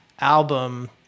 album